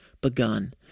begun